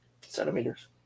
centimeters